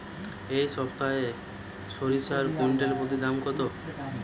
এই সপ্তাহে সরিষার কুইন্টাল প্রতি দাম কত?